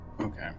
Okay